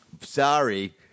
sorry